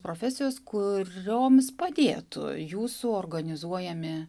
profesijos kurioms padėtų jūsų organizuojami